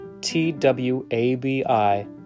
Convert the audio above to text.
T-W-A-B-I